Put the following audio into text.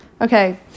Okay